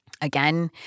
Again